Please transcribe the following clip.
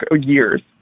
years